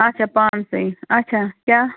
اَچھا پانسٕے اَچھا کیٛاہ